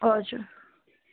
हजुर